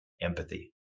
empathy